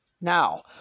Now